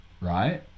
right